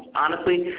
honestly,